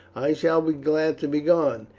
i shall be glad to be gone,